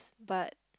but